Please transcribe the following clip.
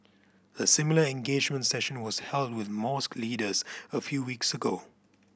a similar engagement session was held with mosque leaders a few weeks ago